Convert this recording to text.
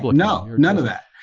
but no, none of that.